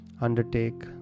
undertake